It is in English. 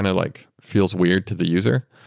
and it like feels weird to the user.